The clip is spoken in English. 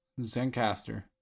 Zencaster